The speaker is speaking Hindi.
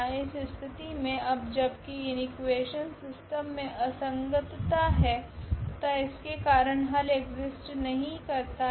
इस स्थिति मे अब जबकि इकुवेशन सिस्टम मे असंगतता है तथा इसके कारण हल एक्सिस्ट नहीं है